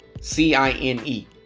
C-I-N-E